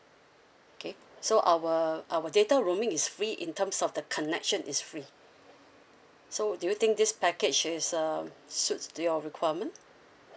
okay so our our data roaming is free in terms of the connection is free so do you think this package is uh suits to your requirement